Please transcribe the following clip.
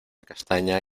castaña